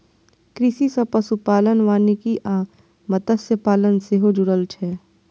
कृषि सं पशुपालन, वानिकी आ मत्स्यपालन सेहो जुड़ल छै